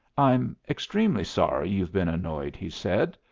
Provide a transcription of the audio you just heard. i'm extremely sorry you've been annoyed, he said.